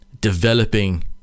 developing